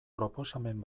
proposamen